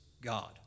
God